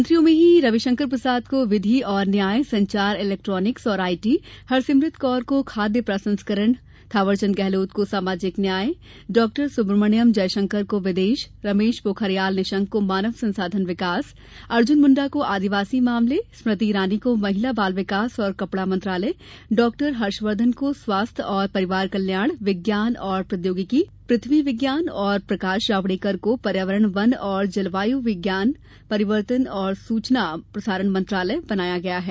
मंत्रियों में ही रविशंकर प्रसाद को विधि और न्याय संचार इलेक्ट्रनिक्स और आईटी हरसिमरत कौर को खाद्य प्रसंकरण थवरचंद गहलोत को सामाजिक न्याय डॉ सुब्रमण्यम जयशंकर को विदेश रमेश पोखरियाल निशंक को मानव संसाधन विकास अर्जुन मुंडा को आदिवासी मामले स्मृति ईरानी को महिला बाल विकास और कपड़ा मंत्रालय डॉ हर्षवर्धन को स्वास्थ्य और परिवार कल्याण विज्ञान और प्रौद्योगिकी पृथ्वी विज्ञान और प्रकाश जावड़ेकर को पर्यावरण वन और जलवायु परिवर्तन और सूचना और प्रसारण मंत्रालय दिया गया है